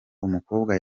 umukobwa